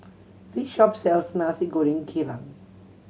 this shop sells Nasi Goreng Kerang